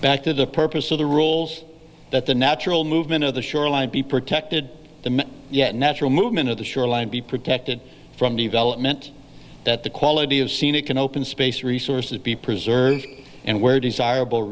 back to the purpose of the rules that the natural movement of the shoreline be protected the yet natural movement of the shoreline be protected from development that the quality of siena can open space resources be preserved and where desirable